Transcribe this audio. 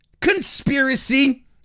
Conspiracy